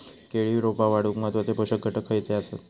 केळी रोपा वाढूक महत्वाचे पोषक घटक खयचे आसत?